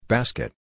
Basket